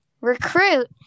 recruit